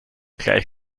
gleich